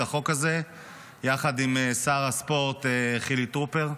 החוק הזה יחד עם שר הספורט חילי טרופר.